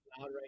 right